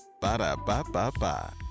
Ba-da-ba-ba-ba